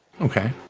Okay